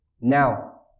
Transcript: Now